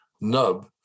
nub